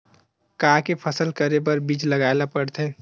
का के फसल करे बर बीज लगाए ला पड़थे?